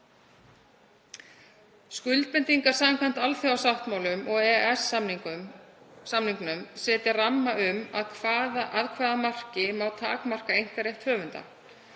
Skuldbindingar samkvæmt alþjóðasáttmálum og EES-samningnum setja ramma um að hvaða marki megi takmarka einkarétt höfunda.